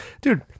dude